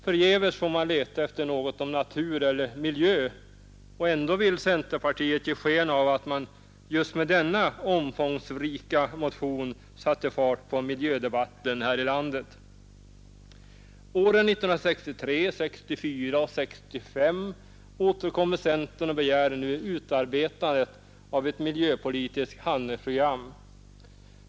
Förgäves får man där leta efter någonting om natur eller miljö, men ändå vill centerpartiet ge sken av att man just med denna omfångsrika motion satte fart på miljödebatten här i landet. Åren 1963, 1964 och 1965 återkommer centern och begär nu utarbetande av ett miljöpolitiskt handlingsprogram.